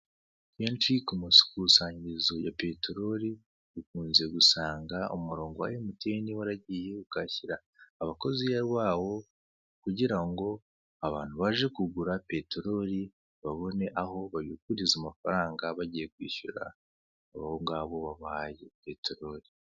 Ahenshi ku makusanyirizo ya peteroli ukunze gusanga umurongo wa emutiyeni waragiye ukahashyira abakozi babo, kugira ngo abantu baje kugura peteroli babone aho babikuriza amafaranga bagiye kwishyura abo ngabo bahaye peteroli.